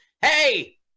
Hey